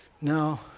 No